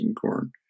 corn